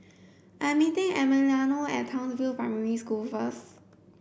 I'm meeting Emiliano at Townsville Primary School first